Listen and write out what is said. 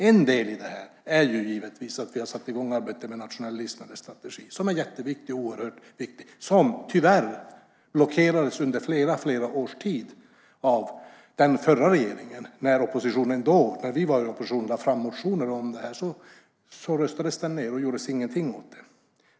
En del i detta är givetvis att vi har satt i gång arbetet med en nationell livsmedelsstrategi. Det är oerhört viktigt. Tyvärr blockerades det arbetet under flera års tid av den förra regeringen när vi, som då var i opposition, lade fram motioner om detta. Då röstades de ned och ingenting gjordes åt detta.